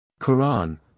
Quran